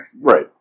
Right